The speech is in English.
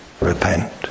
repent